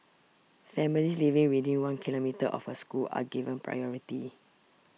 families living within one kilometre of a school are given priority